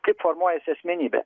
kaip formuojasi asmenybė